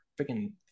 freaking